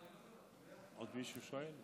עוד מישהו שואל?